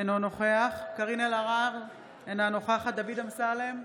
אינו נוכח קארין אלהרר, אינה נוכחת דוד אמסלם,